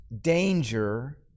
danger